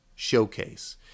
showcase